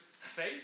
faith